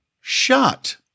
Shot